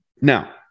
Now